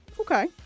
Okay